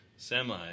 semi